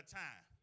time